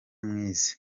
mwize